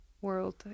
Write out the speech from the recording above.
world